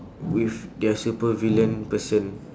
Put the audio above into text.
with their supervillain person